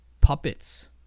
puppets